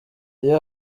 iyo